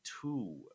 two